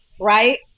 right